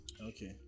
okay